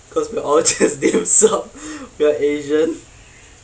because we're all just dim sum we're asian